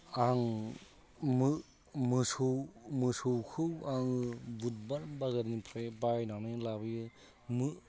आं मोसौ मोसौखौ आं बुधबार बाजारनिफ्राय बायनानै लाबायोमोन